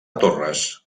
torres